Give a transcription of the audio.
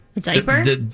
Diaper